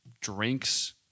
drinks